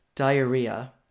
diarrhea